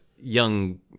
young